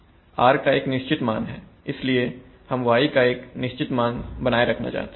r का एक निश्चित मान है इसलिए हम y का एक निश्चित मान बनाए रखना चाहते हैं